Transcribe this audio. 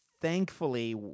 Thankfully